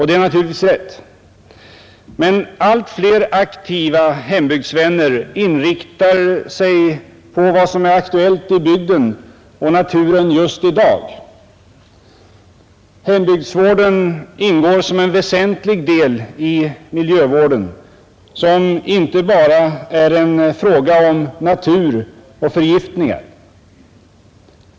Det är naturligtvis rätt, men allt flera aktiva hembygdsvänner inriktar sig på vad som är aktuellt i bygden och naturen just i dag. Hembygdsvården ingår därför såsom en väsentlig del i miljövärden, som inte bara är en fråga om natur och förgiftningar.